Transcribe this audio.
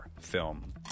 film